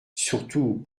surtout